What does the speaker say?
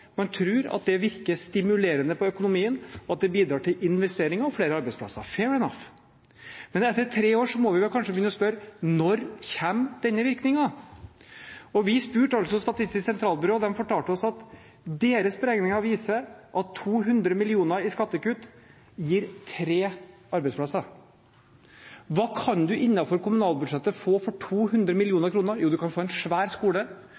man tror at det virker stimulerende på økonomien, og at det bidrar til investeringer og flere arbeidsplasser. Fair enough. Men etter tre år må vi kanskje begynne å spørre: Når kommer denne virkningen? Vi spurte Statistisk sentralbyrå, og de fortalte at deres beregninger viser at 200 mill. kr i skattekutt gir tre arbeidsplasser. Hva kan man innenfor kommunalbudsjettet få for 200 mill. kr? Jo, man kan få en svær skole,